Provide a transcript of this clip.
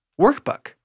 workbook